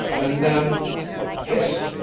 and then hist!